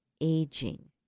aging